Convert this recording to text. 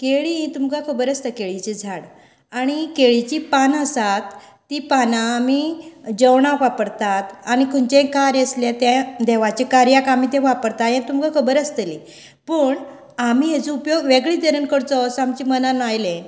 केळी ही तुमकां खबर आसता केळीचे झाड आनी केळीची पानां आसात ती पानां आमी जेवणाक वापरतात आनी खंयचेर कार्य आसले तें देवाच्या कार्याक आमी वापरतात हे तुमकां खबर आसतली पूण आमी हेजो उपयोग वेगळेतरेन करचो असो आमचे मनान आयले